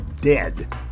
dead